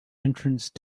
entrance